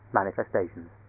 manifestations